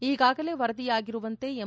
ಈಗಾಗಲೇ ವರದಿಯಾಗಿರುವಂತೆ ಎಂ